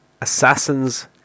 Assassin's